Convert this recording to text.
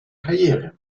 karriere